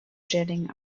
jetting